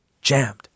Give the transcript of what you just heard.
jammed